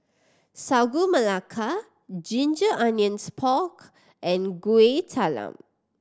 Sagu Melaka ginger onions pork and Kueh Talam